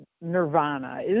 nirvana